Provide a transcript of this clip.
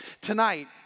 Tonight